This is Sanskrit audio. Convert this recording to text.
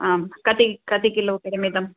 आं कति कति किलोपरिमितं